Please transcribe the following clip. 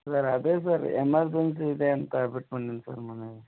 sir ಅದೇ sir emergency ಇದೆ ಅಂತ ಬಿಟ್ಟು ಬಂದಿನಿ ಸರ್ ಮನೇಲಿ